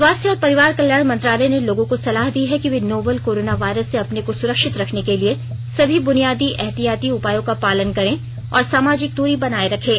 स्वास्थ्य और परिवार कल्याण मंत्रालय ने लोगों को सलाह दी है कि वे नोवल कोरोना वायरस से अपने को सुरक्षित रखने के लिए सभी बुनियादी एहतियाती उपायों का पालन करें और सामाजिक दूरी बनाए रखें